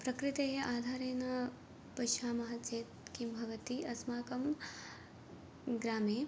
प्रकृतेः आधारेण पश्यामः चेत् किं भवति अस्माकं ग्रामे